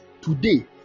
today